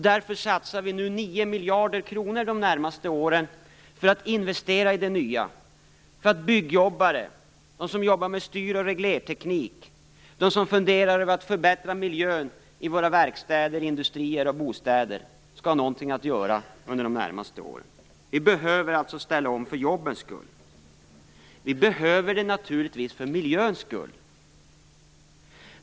Därför satsar vi 9 miljarder kronor de närmaste åren för att investera i det nya - för att byggjobbare, de som arbetar med styr och reglerteknik och de som funderar över att förbättra miljön i våra verkstäder, industrier och bostäder skall ha något att göra under de närmaste åren. Vi behöver alltså ställa om för jobbens skull. Vi behöver det för det andra också för miljöns skull.